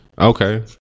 Okay